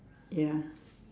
ya